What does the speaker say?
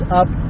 up